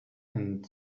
and